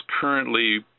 currently